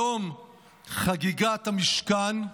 יום חגיגת המשכן,